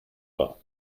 war